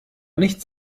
nichts